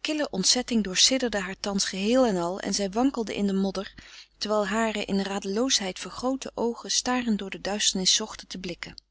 kille ontzetting doorsidderde haar thans geheel en al en zij wankelde in de modder terwijl hare in radeloosheid vergroote oogen starend door de duisternis zochten te blikken